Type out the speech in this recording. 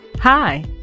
Hi